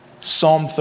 Psalm